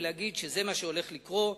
להגיד שזה מה שהולך לקרות.